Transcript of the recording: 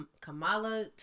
Kamala